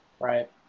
Right